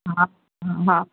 हा हा